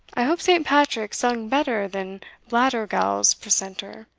i hope saint patrick sung better than blattergowl's precentor,